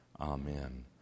Amen